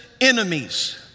enemies